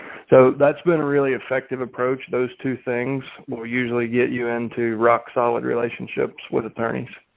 so that's been a really effective approach those two things will usually get you into rock solid relationships with attorneys.